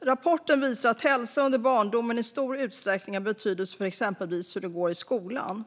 Rapporten visar att hälsan under barndomen i stor utsträckning har betydelse exempelvis för hur det går i skolan.